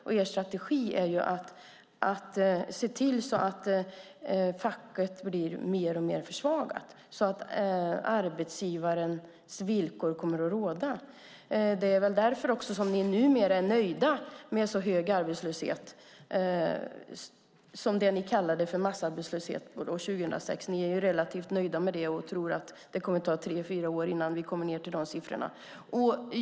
Och er strategi är att se till att facket blir mer och mer försvagat så att arbetsgivarnas villkor kommer att råda. Det är väl därför som ni numera är nöjda med en så hög arbetslöshet som ni kallade för massarbetslöshet 2006. Ni är relativt nöjda med det och tror att det kommer att ta tre fyra år innan vi kommer ned till dessa siffror.